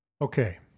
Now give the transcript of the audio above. Okay